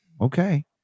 okay